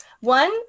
One